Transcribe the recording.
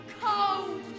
Cold